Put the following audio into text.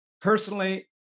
personally